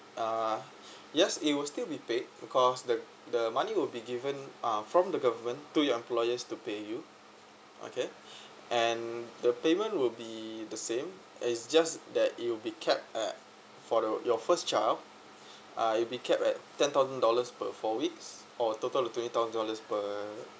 uh yes it will still be paid because the the money will be given uh from the government through your employers to pay you okay and the payment will be the same and it's just that it'll be capped at for the your first child uh it'll be capped at ten thousand dollars per four weeks or total of twenty thousand dollars per